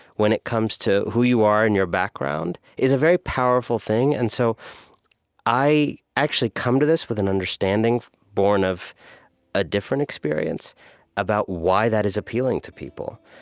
when it comes to who you are and your background, is a very powerful thing. and so i actually come to this with an understanding borne of a different experience about why that is appealing to people.